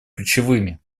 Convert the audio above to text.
ключевыми